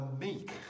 meek